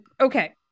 Okay